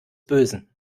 bösen